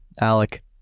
Alec